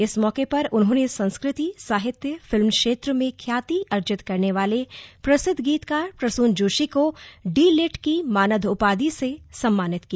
इस मौके पर उन्होंने संस्कृति साहित्य फिल्म क्षेत्र में ख्याति अर्जित करने वाले प्रसिद्ध गीतकार प्रसून जोशी को डीलिट की मानद उपाधि से सम्मानित किया